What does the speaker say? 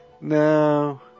No